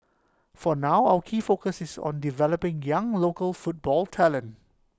for now our key focus is on developing young local football talent